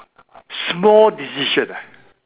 small decision ah